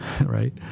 right